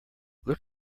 look